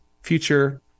future